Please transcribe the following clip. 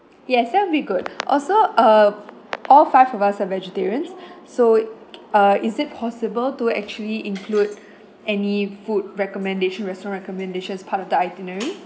yes that'll be good also err all five of us are vegetarians so uh is it possible to actually include any food recommendation restaurant recommendations part of the itinerary